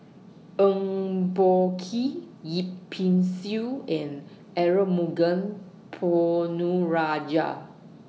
Eng Boh Kee Yip Pin Xiu and Arumugam Ponnu Rajah